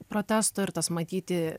protesto ir tas matyti